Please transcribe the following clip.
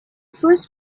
first